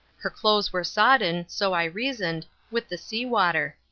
her clothes were sodden, so i reasoned, with the sea-water.